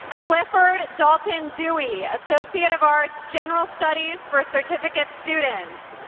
clifford dalton dewey, associate of arts, general studies for certificate students.